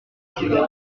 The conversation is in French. tirée